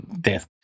death